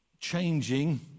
changing